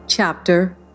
Chapter